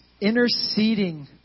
interceding